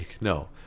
no